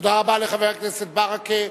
תודה רבה לחבר הכנסת ברכה.